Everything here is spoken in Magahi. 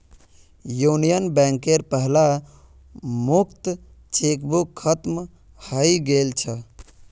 यूनियन बैंकेर पहला मुक्त चेकबुक खत्म हइ गेल छ